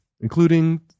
including